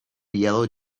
yellow